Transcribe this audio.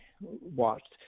watched